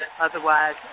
Otherwise